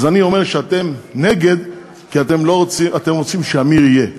אז אני אומר שאתם נגד כי אתם רוצים שעמיר יהיה.